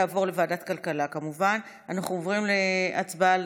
מי אני מוסיפה מכאן?